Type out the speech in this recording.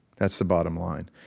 that's the bottom line